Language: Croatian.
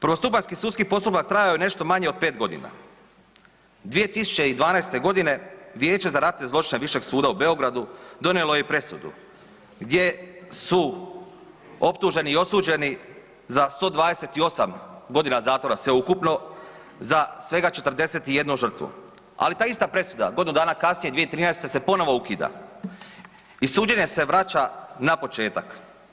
Prvostupanjski sudski postupak trajao je nešto manje od 5.g. 2012.g. Vijeće za ratne zločine višeg suda u Beogradu donijelo je presudu gdje su optuženi i osuđeni za 128.g. zatvora sveukupno za svega 41 žrtvu, ali ta ista presuda godinu dana kasnije 2013. se ponovo ukida i suđenje se vraća na početak.